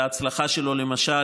וההצלחה שלו למשל